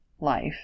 life